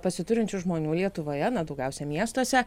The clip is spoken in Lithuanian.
pasiturinčių žmonių lietuvoje daugiausiai miestuose